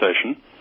Station